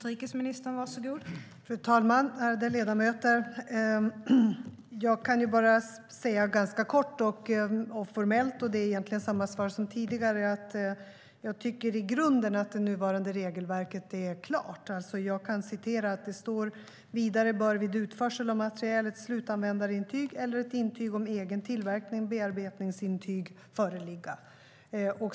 Fru talman! Ärade ledamöter! Jag kan bara svara ganska kort och formellt, och det är egentligen samma svar som tidigare: Jag tycker att det nuvarande regelverket i grunden är klart. Jag kan citera; det står att "vidare bör vid utförsel av materiel ett slutanvändarintyg eller ett intyg om egen tillverkning föreligga".